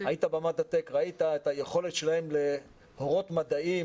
היית במדעטק, ראית את היכולת שלהם להורות מדעים.